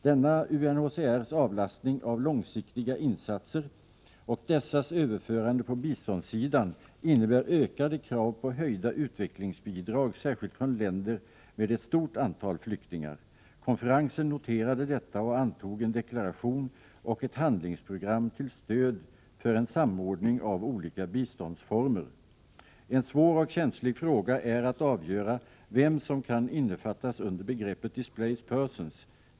Denna UNHCR:s avlastning av långsiktiga insatser och dessas överförande på biståndssidan innebär ökade krav på höjda utvecklingsbidrag särskilt från länder med ett stort antal flyktingar. Konferensen noterade detta och antog en deklaration och ett handlingsprogram till stöd för en samordning av olika biståndsformer. En svår och känslig fråga är att avgöra vem som kan innefattas under begreppet ”displaced persons”.